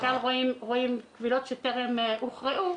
רואים קבילות שטרם הוכרעו,